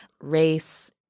race